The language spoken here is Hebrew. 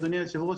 אדוני היושב-ראש,